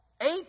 eight